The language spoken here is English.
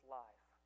life